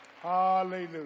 Hallelujah